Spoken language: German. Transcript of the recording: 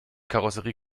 karosserie